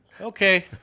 Okay